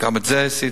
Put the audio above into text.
גם את זה עשיתי,